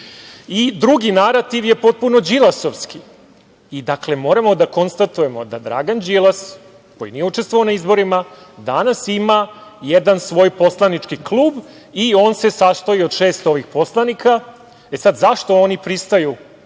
priče. Drugi narativ je potpuno Đilasovski. Dakle, moramo da konstatujemo da Dragan Đilas, koji nije učestvovao na izborima, danas ima jedan svoj poslanički klub i on se sastoji od šest ovih poslanika. E, sada, zašto oni pristaju